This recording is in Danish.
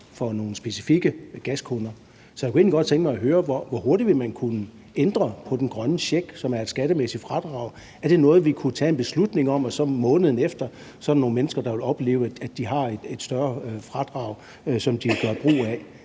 nogle specifikke gaskunder. Så jeg kunne godt tænke mig høre, hvor hurtigt man vil kunne ændre på den grønne check, som er et skattemæssigt fradrag. Er det noget, vi kunne tage en beslutning om, så der måneden efter vil være nogle mennesker, der vil opleve, at de har et større fradrag, som de kan gøre brug af?